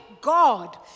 God